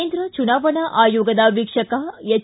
ಕೇಂದ್ರ ಚುನಾವಣಾ ಆಯೋಗದ ವೀಕ್ಷಕ ಹೆಚ್